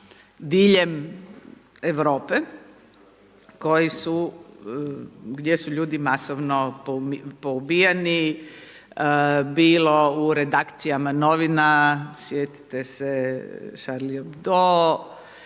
diljem Europe koji su gdje su ljudi masovno poubijani bilo u redakcijama novina sjetite se … bilo